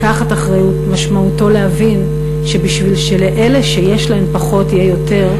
לקחת אחריות משמעותו להבין שבשביל שלאלה שיש להם פחות יהיה יותר,